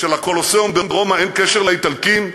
שלקולוסיאום ברומא אין קשר לאיטלקים?